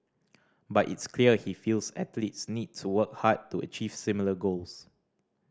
but it's clear he feels athletes need to work hard to achieve similar goals